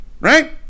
right